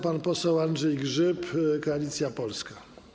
Pan poseł Andrzej Grzyb, Koalicja Polska.